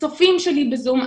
הצופים שלי בזום,